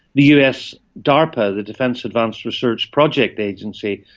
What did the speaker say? the us darpa, the defence advanced research projects agency,